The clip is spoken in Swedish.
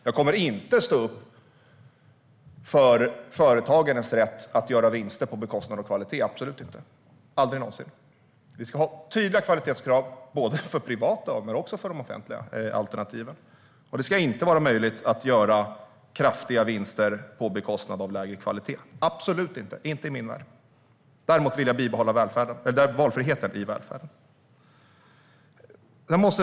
Jag kommer absolut inte att stå upp för företagarens rätt att göra vinster på bekostnad av kvalitet - aldrig någonsin. Det ska vara tydliga kvalitetskrav för både de privata och de offentliga alternativen. Det ska absolut inte vara möjligt att göra kraftiga vinster på bekostnad av lägre kvalitet. Inte i min värld. Däremot vill jag bibehålla valfriheten i välfärden.